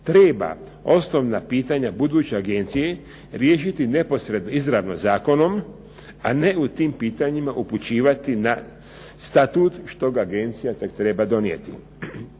treba osnovna pitanja buduće agencije riješiti neposredno, izravno zakonom, a ne u tim pitanjima upućivati na statut što ga agencija tek treba donijeti.